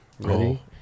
ready